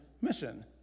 mission